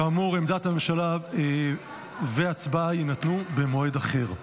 כאמור, עמדת הממשלה והצבעה, במועד אחר.